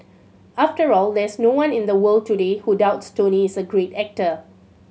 after all there's no one in the world today who doubts Tony is a great actor